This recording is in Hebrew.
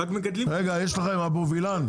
אבו וילן,